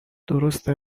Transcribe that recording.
درسته